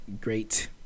great